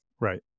Right